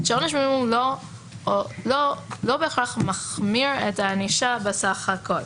שעונש מינימום לא בהכרח מחמיר את הענישה בסך הכול.